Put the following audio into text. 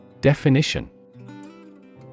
Definition